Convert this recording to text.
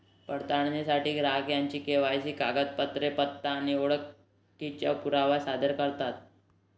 पडताळणीसाठी ग्राहक त्यांची के.वाय.सी कागदपत्रे, पत्ता आणि ओळखीचा पुरावा सादर करतात